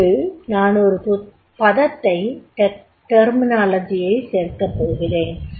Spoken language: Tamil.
இங்கு நான் இன்னொரு பதத்தை சேர்க்கப்போகிறேன்